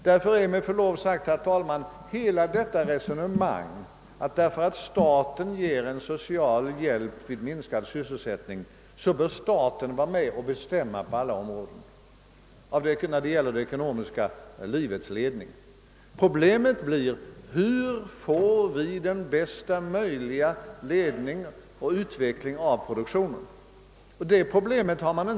Därför är det, med förlov sagt, ett helt felaktigt resonemang när man säger, att på grund av att staten ger social hjälp vid minskad sysselsättning, så bör staten vara med och bestämma i fråga om investeringarna och det ekonomiska livets ledning. Problemet blir: Hur får vi bästa möjliga ledning och utveckling av produktionen? Vad är statens roll?